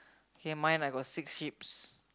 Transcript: okay mine I got six Sheeps